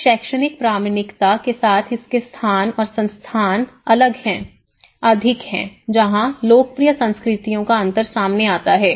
इस शैक्षणिक प्रमाणिकता के साथ इसके स्थान और संस्थान अधिक हैं जहां लोकप्रिय संस्कृतियों का अंतर सामने आता है